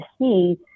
see